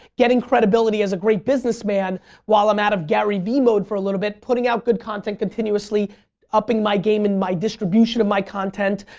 getting credibility as a great businessman while i'm out of garyvee mode for a little bit. putting out good content, continuously upping my game in my distribution of my content,